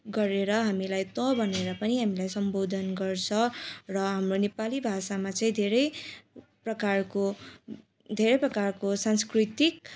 गरेर हामीलाई तँ भनेर पनि हामीलाई सम्बोधन गर्छ र हाम्रो नेपाली भाषामा चाहिँ धेरै प्रकारको धेरै प्रकारको संस्कृतिक